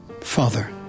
Father